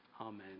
Amen